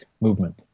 movement